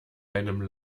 einem